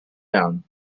down